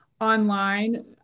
online